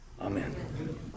amen